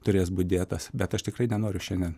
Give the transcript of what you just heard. turės būt dėtas bet aš tikrai nenoriu šiandien